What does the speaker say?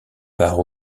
parts